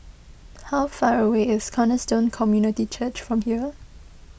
how far away is Cornerstone Community Church from here